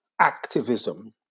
Activism